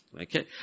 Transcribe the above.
Okay